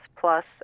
plus